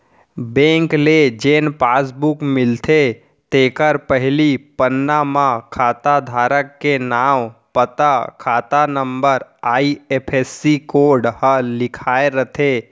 bank ले जेन passbook मिलथे तेखर पहिली पन्ना म खाता धारक के नांव, पता, खाता नंबर, आई.एफ.एस.सी कोड ह लिखाए रथे